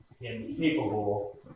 incapable